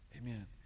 Amen